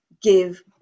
give